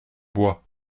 bois